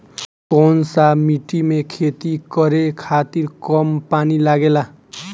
कौन सा मिट्टी में खेती करे खातिर कम पानी लागेला?